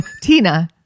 Tina